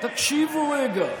תקשיבו רגע.